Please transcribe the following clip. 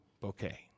bouquet